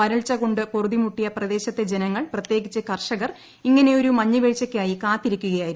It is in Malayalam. വരൾച്ചുകൊണ്ടു പൊറുതിമുട്ടിയ പ്രദേശത്തെ ജനങ്ങൾ പ്രത്യേകിച്ച് കർഷകർ ഇങ്ങനെയൊരു മഞ്ഞുവീഴ്ചയ്ക്കായി കാത്തിരിക്കുകയായിരുന്നു